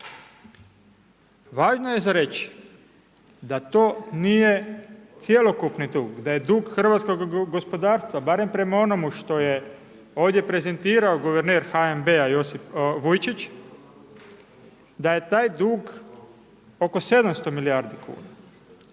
Važno je za reći da to nije cjelokupni dug, da je dug hrvatskog gospodarstva barem prema onomu što je ovdje prezentirao guverner HNB-a Josip Vujčić, da je taj dug oko 700 milijardi kuna,